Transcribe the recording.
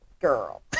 girl